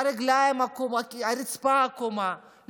הרגליים עקומות, הרצפה עקומה.